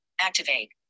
Activate